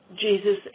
Jesus